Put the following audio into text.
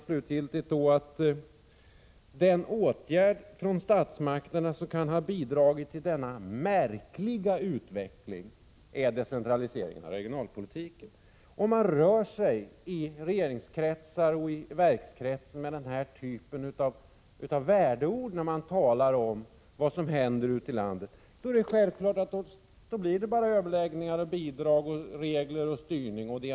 Slutligen säger de: ”Den åtgärd från statsmakterna som kan ha bidragit till denna märkliga utveckling, är decentraliseringen av regionalpolitiken.” I regeringsoch verkskretsar rör man sig med denna typ av värdeord när man talar om vad som händer ute i landet, och då är det självklart att det bara blir överläggningar, bidrag, regler och styrning.